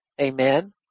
Amen